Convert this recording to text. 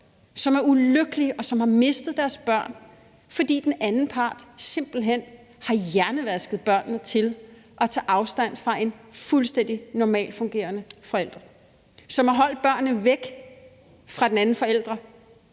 som er ulykkelige og som har mistet deres børn, fordi den anden part simpelt hen har hjernevasket børnene til at tage afstand fra en fuldstændig normalt fungerende forælder, har holdt børnene væk fra den anden forælder,